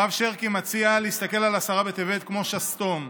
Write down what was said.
הרב שרקי מציע להסתכל על עשרה בטבת כמו שסתום,